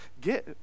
get